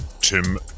tim